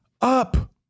up